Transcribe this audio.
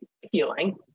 healing